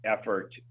effort